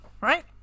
right